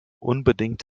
unbedingt